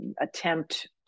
attempt